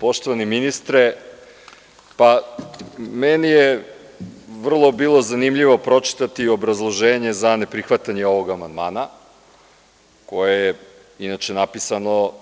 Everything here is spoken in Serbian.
Poštovani ministre, meni je vrlo bilo zanimljivo pročitati obrazloženje za neprihvatanje ovog amandmana, koje je inače napisano